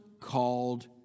called